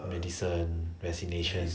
medicine vaccination